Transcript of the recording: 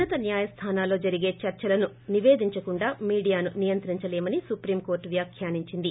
ఉన్నత న్యాయస్లానాల్లో జరిగే చర్చలను నిపేదించకుండా మీడియాను నియంత్రించలేమని సుప్రీం కోర్లు వ్యాఖ్యానించింది